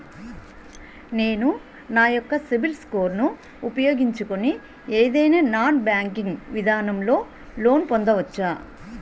నేను నా యెక్క సిబిల్ స్కోర్ ను ఉపయోగించుకుని ఏదైనా నాన్ బ్యాంకింగ్ విధానం లొ లోన్ పొందవచ్చా?